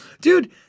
Dude